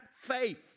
faith